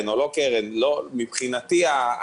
לצעירים.